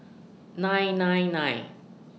nine nine nine